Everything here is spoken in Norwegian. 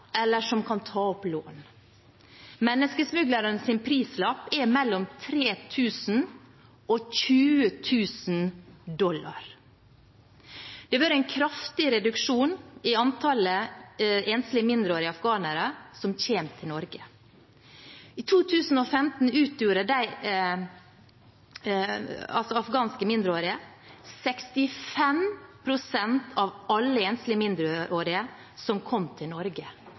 eller som kan ta opp lån. Menneskesmuglernes prislapp er mellom 3 000 og 20 000 amerikanske dollar. Det har vært en kraftig reduksjon i antallet enslige mindreårige afghanere som kommer til Norge. I 2015 utgjorde de 65 pst. av alle enslige mindreårige som kom til Norge,